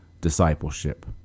discipleship